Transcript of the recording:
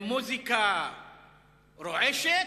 עם מוזיקה רועשת,